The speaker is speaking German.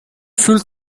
fühlt